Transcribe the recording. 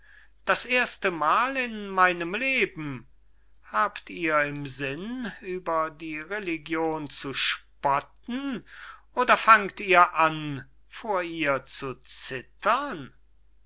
das erstemal in meinem leben habt ihr im sinn über die religion zu spotten oder fangt ihr an vor ihr zu zittern